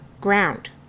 ground